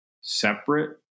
separate